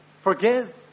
forgive